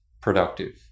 productive